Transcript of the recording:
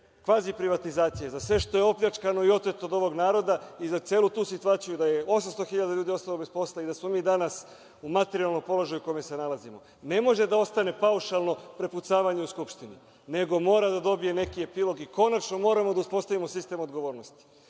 kvazi privatizacije, za sve što je opljačkano i oteto od ovog naroda, za celu tu situaciju, da je 800 hiljada ljudi ostalo bez posla, i da smo mi danas u materijalnom položaju u kome se nalazimo. Ne može da ostane paušalno prepucavanje u Skupštini, nego mora da dobije neke epilog i konačno moramo da uspostavimo sistem odgovornosti,